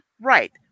Right